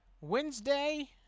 Wednesday